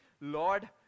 Lord